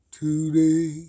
today